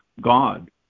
God